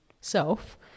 self